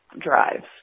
drives